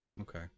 Okay